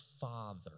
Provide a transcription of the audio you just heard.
father